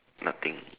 nothing